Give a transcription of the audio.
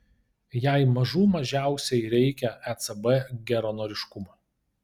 jai mažų mažiausiai reikia ecb geranoriškumo